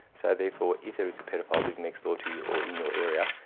so therefore if there is a paedophile living next door to you or your area,